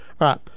Right